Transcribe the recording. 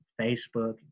Facebook